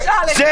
14:50) עופר,